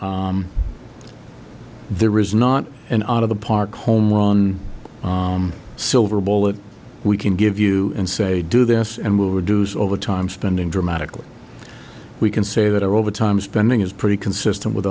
a there is not an out of the park home silver bullet we can give you and say do this and we'll reduce overtime spending dramatically we can say that our overtime spending is pretty consistent with